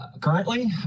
currently